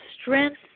strength